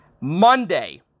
Monday